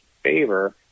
favor